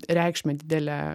reikšmę didelę